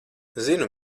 zinu